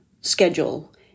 schedule